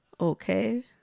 okay